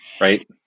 right